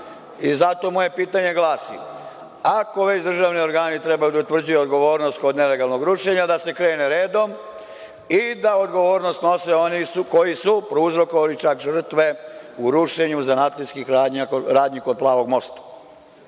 i zato moje pitanje, ako već državni organi treba da utvrđuju odgovornost kod nelegalnog rušenja da se krene redom i da odgovornost snose oni koji su prouzrokovali žrtve u rušenje zanatlijskih radnji kod Plavog